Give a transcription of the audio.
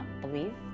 believe